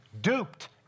duped